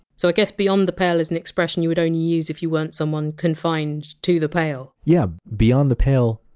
so i guess! beyond the pale! is an expression you would only use if you weren't someone confined to the pale? yeah! beyond the pale!